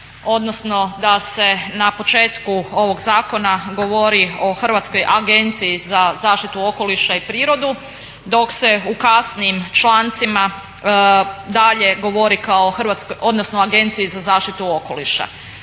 odnosno da se na početku ovog zakona govori o Hrvatskoj agenciji za zaštitu okoliša i prirode dok se u kasnijim člancima dalje govori o Agenciji za zaštitu okoliša.